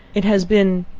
it has been,